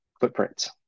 footprints